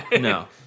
no